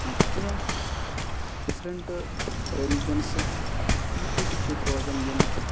کیٚنٛہہ ڈِفرنٹ ریلِجنسٕک پیٖپٕل تہِ چھِ ییٚتہِ روزان یِم